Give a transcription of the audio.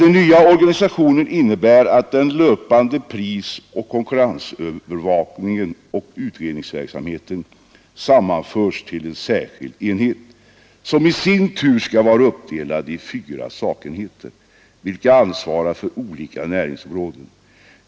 Den nya organisationen innebär att den löpande prisoch konkurrensövervakningen samt utredningsverksamheten sammanförs till en särskild enhet, som i sin tur skall vara uppdelad i fyra sakenheter, vilka ansvarar för olika näringsområden.